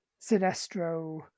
Sinestro